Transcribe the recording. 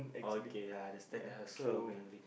okay I understand I also a